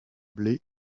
blé